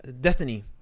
Destiny